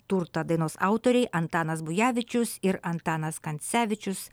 turtą dainos autoriai antanas bujevičius ir antanas kancevičius